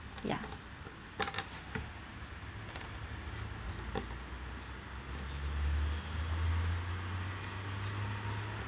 ya